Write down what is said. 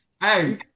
Hey